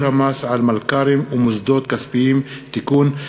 המס על מלכ"רים ומוסדות כספיים) (תיקון),